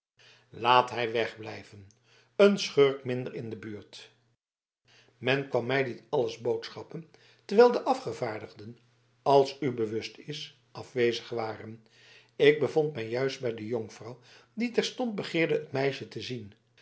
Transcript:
laat hij wegblijven een schurk minder in de buurt men kwam mij dit alles boodschappen terwijl de afgevaardigden als u bewust is afwezig waren ik bevond mij juist bij de jonkvrouw die terstond begeerde het meisje te zien